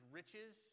riches